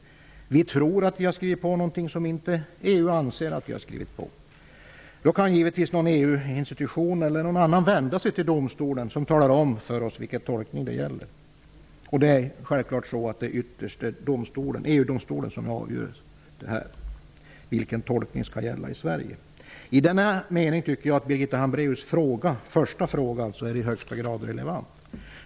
Om vi tror att vi skrivit under något som EU inte anser att vi har skrivit under, kan en EU-institution eller någon annan part vända sig till domstolen, som då talar om vilken tolkning som skall gälla. Det är självfallet EG-domstolen som avgör vilken tolkning som skall gälla i Sverige. I denna mening tycker jag att Birgitta Hambraeus första fråga är i högsta grad relevant.